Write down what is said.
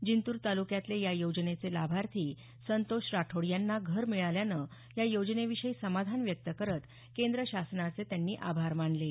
जिंतूर ताल्क्यातले या योजनेचे लाभार्थी संतोष राठोड यांना घरं मिळाल्यानं या योजनेविषयी समाधान व्यक्त करत केंद्र शासनाचे आभार मानले आहेत